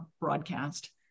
broadcast